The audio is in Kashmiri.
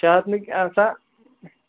شدنٕکۍ آسان